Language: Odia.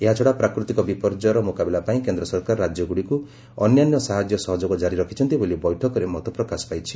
ଏହାଛଡ଼ା ପ୍ରାକୃତିକ ବିପର୍ଯ୍ୟୟର ମୁକାବିଲା ପାଇଁ କେନ୍ଦ୍ର ସରକାର ରାଜ୍ୟଗୁଡ଼ିକୁ ଅନ୍ୟାନ୍ୟ ସାହାଯ୍ୟ ସହଯୋଗ କାରି ରଖିଛନ୍ତି ବୋଲି ବୈଠକରେ ମତପ୍ରକାଶ ପାଇଛି